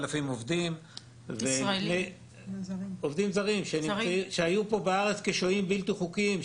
מ-8,000 עובדים זרים שהיו פה בארץ כשוהים בלתי חוקיים,